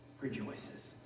rejoices